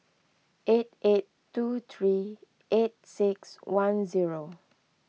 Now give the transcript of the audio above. eight eight two three eight six one zero